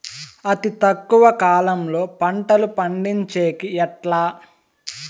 అతి తక్కువ కాలంలో పంటలు పండించేకి ఎట్లా?